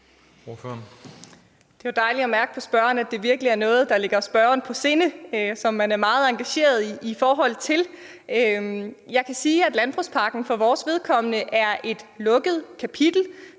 Det er jo dejligt at mærke på hr. Malte Larsen, at det virkelig er noget, der ligger ham på sinde, og som han er meget engageret i. Jeg kan sige, at landbrugspakken for vores vedkommende er et lukket kapitel.